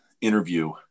interview